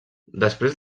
després